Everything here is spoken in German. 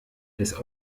des